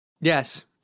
Yes